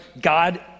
God